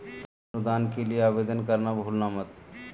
तुम अनुदान के लिए आवेदन करना भूलना मत